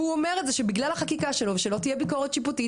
והוא אומר את זה שבגלל החקיקה שלו לא תהיה ביקורת שיפוטית